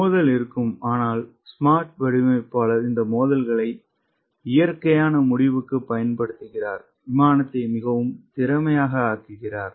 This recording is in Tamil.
மோதல் இருக்கும் ஆனால் ஸ்மார்ட் வடிவமைப்பாளர் இந்த மோதல்களை இயற்கையான முடிவுக்கு பயன்படுத்துகிறார் விமானத்தை மிகவும் திறமையாக ஆக்குகிறார்